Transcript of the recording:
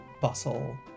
bustle